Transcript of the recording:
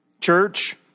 Church